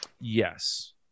Yes